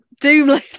doom